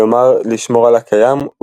כלומר לשמור על הקיים,